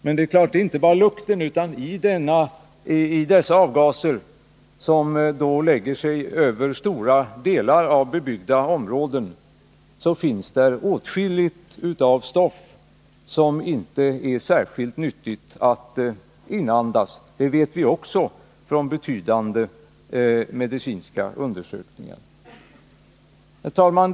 Men det är inte bara lukten som besvärar, utan i dessa avgaser som lägger sig över stora delar av bebyggda områden finns åtskilligt av stoff som det inte är särskilt nyttigt att inandas — det vet vi också från medicinska undersökningar. Herr talman!